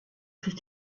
sich